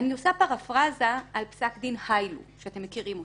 אני עושה פרפרזה על פסק דין היילו שאתם מכירים אותו.